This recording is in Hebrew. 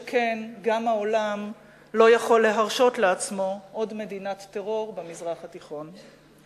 שכן גם העולם לא יכול להרשות לעצמו עוד מדינת טרור במזרח התיכון.